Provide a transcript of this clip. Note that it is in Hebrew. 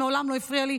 מעולם לא הפריע לי.